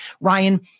Ryan